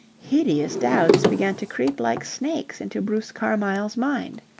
hideous doubts began to creep like snakes into bruce carmyle's mind.